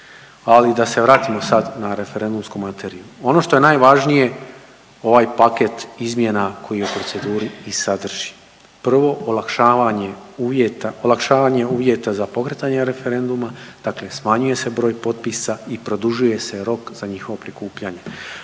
Ali da se vratimo sad na referendumsku materiju, ono što je najvažnije ovaj paket izmjena koji je u proceduri i sadrži prvo olakšavanje uvjeta, olakšavanje uvjeta za pokretanje referenduma, dakle smanjuje se broj potpisa i produžuje se rok za njihovo prikupljanje.